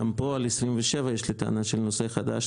גם פה על 27 יש לי טענה של נושא חדש,